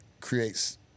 creates